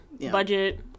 Budget